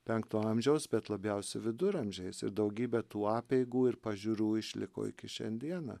penkto amžiaus bet labiausiai viduramžiais ir daugybę tų apeigų ir pažiūrų išliko iki šiandieną